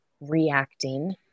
reacting